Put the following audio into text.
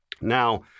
Now